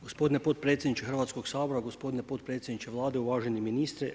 Gospodine podpredsjedniče Hrvatskoga sabora, gospodine podpredsjedniče Vlade, uvaženi ministre.